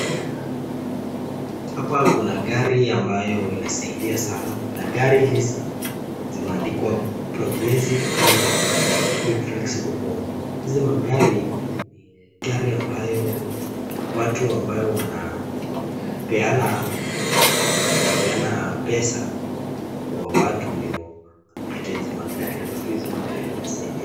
Hapa kuna gari ambayo inasaidia sana. Na gari hizi zimeandikwa Progressive Credit Quick Flexible Loans . Hizi magari ni gari ambayo watu ambayo wanapeana pesa kwa watu ndio hupita hizi magari, afu hizi magari inasaidia.